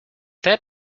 that